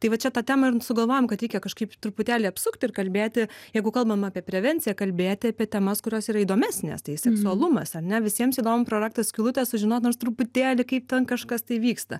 tai va čia tą temą ir sugalvojom kad reikia kažkaip truputėlį apsukt ir kalbėti jeigu kalbam apie prevenciją kalbėti apie temas kurios yra įdomesnės tai seksualumas ar ne visiems įdomu pro rakto skylutę sužinot nors truputėlį kaip ten kažkas tai vyksta